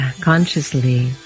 consciously